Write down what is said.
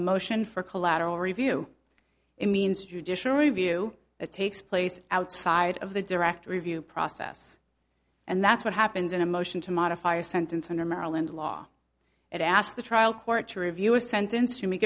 motion for collateral review it means judicial review that takes place outside of the direct review process and that's what happens in a motion to modify a sentence under maryland law and ask the trial court to review a sentence